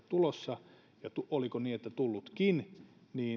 tulossa ja oliko niin tullutkin